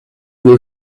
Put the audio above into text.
will